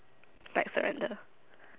like surrender